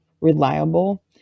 reliable